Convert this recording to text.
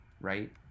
right